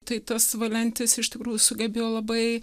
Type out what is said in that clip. tai tas valentis iš tikrųjų sugebėjo labai